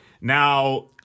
Now